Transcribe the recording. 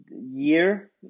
Year